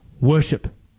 worship